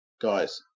guys